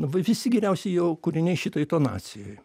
visi geriausi jo kūriniai šitoj tonacijoj